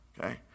Okay